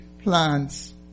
plants